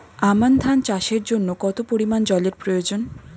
আমন ধান চাষের জন্য কত পরিমান জল এর প্রয়োজন?